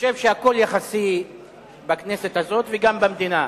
שהכול יחסי בכנסת הזאת, וגם במדינה.